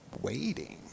waiting